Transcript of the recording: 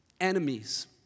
enemies